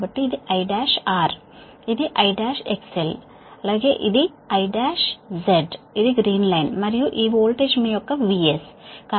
కాబట్టి ఇది I1R సరైనది ఇది I1XL సరైనది I1Z ఇది గ్రీన్ లైన్ మరియు ఈవోల్టేజ్ మీ యొక్క Vs సరేనా